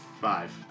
Five